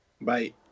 bye